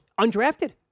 undrafted